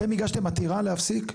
אתם הגשתם עתירה להפסיק?